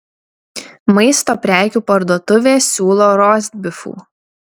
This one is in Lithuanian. maisto prekių parduotuvė siūlo rostbifų